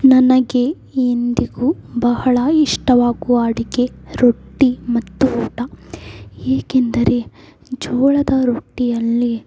ನನಗೆ ಎಂದಿಗೂ ಬಹಳ ಇಷ್ಟವಾಗುವ ಅಡಿಗೆ ರೊಟ್ಟಿ ಮತ್ತು ಊಟ ಏಕೆಂದರೆ ಜೋಳದ ರೊಟ್ಟಿಯಲ್ಲಿ